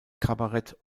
kabarett